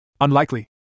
Unlikely